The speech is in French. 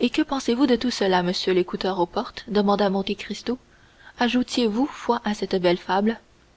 et que pensiez-vous de tout cela monsieur l'écouteur aux portes demanda monte cristo ajoutiez vous foi à cette belle fable